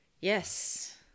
Yes